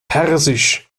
persisch